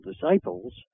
disciples